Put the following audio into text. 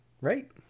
Right